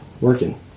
working